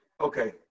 Okay